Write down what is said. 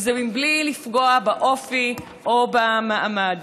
וזה בלי לפגוע באופי או במעמד.